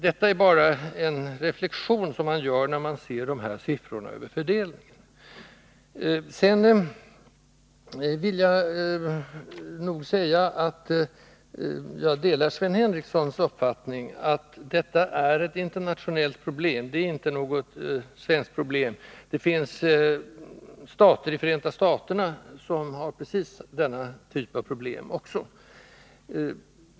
Detta är faktiskt en reflexion som man gör när man ser siffrorna över fördelningen. Jag delar Sven Henricssons uppfattning att detta är ett internationellt problem och inte enbart ett svenskt problem. Det finns stater i Förenta staterna som har samma typ av problem.